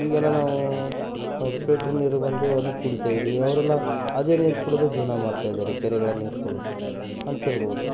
ಈಗೆಲ್ಲ ನಾವು ಪಿಲ್ಟ್ರ್ ನೀರು ಬಂದು ಅದನ್ನು ಕುಡೀತ ಇದ್ದೀವಿ ಅವರೆಲ್ಲ ಅದೇ ನೀರು ಕುಡಿದು ಜೀವನ ಮಾಡ್ತಾ ಇದ್ದಾರೆ ಕೆರೆಗಳ ನೀರು ಕುಡ್ದು ಅಂತ್ಹೇಳ್ಬೌದು